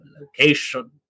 location